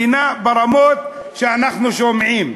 מדינה ברמות שאנחנו שומעים,